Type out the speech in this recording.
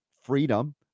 freedom